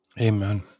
amen